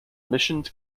mission